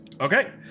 okay